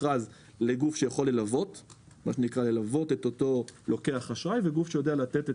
מכרז לגוף שיכול ללוות את אותו לקוח אשראי ומכרז לגוף שיודע לתת אשראי.